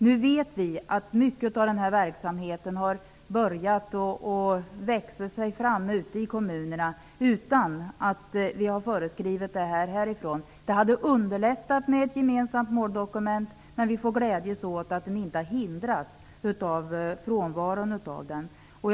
Nu vet vi att mycket av denna verksamhet har börjat växa ute i kommunerna utan att vi har föreskrivit något om den härifrån. Det hade underlättat med ett gemensamt måldokument, men vi får glädjas åt att man inte har hindrats av frånvaron av ett sådant.